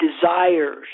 desires